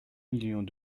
millions